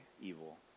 evil